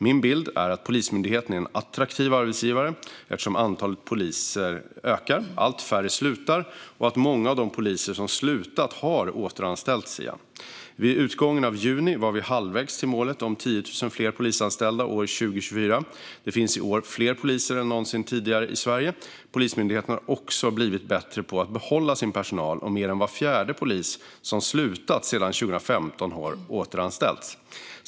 Min bild är att Polismyndigheten är en attraktiv arbetsgivare eftersom antalet poliser ökar, allt färre slutar och många av de poliser som slutat har återanställts. Vid utgången av juni var vi halvvägs till målet om 10 000 fler polisanställda år 2024. Det finns i år fler poliser än någonsin tidigare i Sverige. Polismyndigheten har också blivit bättre på att behålla sin personal, och mer än var fjärde polis som slutat sedan 2015 har återanställts.